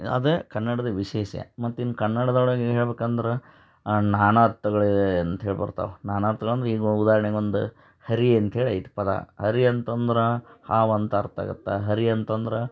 ಅದೇ ಕನ್ನಡದ ವಿಶೇಷ ಮತ್ತಿನ್ನು ಕನ್ನಡ್ದೊಳಗೆ ಹೇಳ್ಬೇಕಂದ್ರೆ ನಾನಾ ಅರ್ಥಗಳಿವೆ ಅಂತೇಳಿ ಬರ್ತವೆ ನಾನಾ ಅರ್ಥಗಳಂದ್ರೆ ಈಗ ಉದಾರ್ಣೆಗೆ ಒಂದು ಹರಿ ಅಂತೇಳಿ ಇತ್ತು ಪದ ಹರಿ ಅಂತಂದ್ರೆ ಹಾವು ಅಂತ ಅರ್ಥ ಆಗತ್ತೆ ಹರಿ ಅಂತಂದ್ರೆ